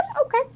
okay